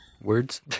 Words